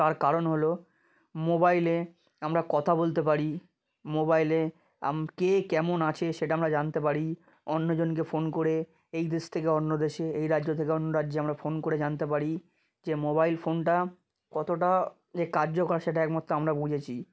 তার কারণ হল মোবাইলে আমরা কথা বলতে পারি মোবাইলে আম কে কেমন আছে সেটা আমরা জানতে পারি অন্য জনকে ফোন করে এই দেশ থেকে অন্য দেশে এই রাজ্য থেকে অন্য রাজ্যে আমরা ফোন করে জানতে পারি যে মোবাইল ফোনটা কতটা যে কার্যকর সেটা একমাত্র আমরা বুঝেছি